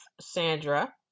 sandra